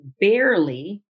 barely